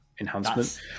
enhancement